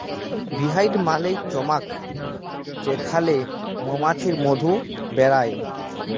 bee হাইভ মালে মচাক যেখালে মমাছিরা মধু বেলায়